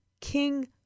King